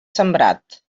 sembrat